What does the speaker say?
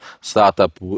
startup